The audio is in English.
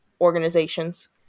organizations